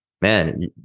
man